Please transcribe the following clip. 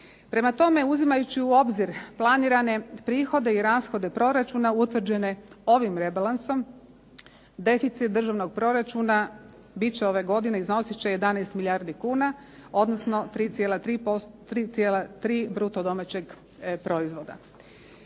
Prema tome, uzimajući u obzir planirane prihode i rashode proračuna utvrđene ovim rebalansom, deficit državnog proračuna biti će ove godine, iznosit će 11 milijardi kuna, odnosno 3,3 bruto domaćeg proizvoda.